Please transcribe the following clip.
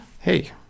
Hey